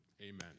Amen